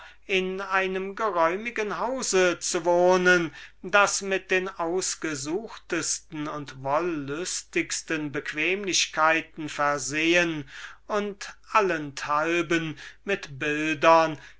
in einem geräumigen hause zu wohnen das mit den ausgesuchtesten und wollüstigsten bequemlichkeiten versehen und wohin man die augen wendet mit bildern